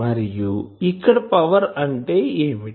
మరియు ఇక్కడ పవర్ అంటే ఏమిటి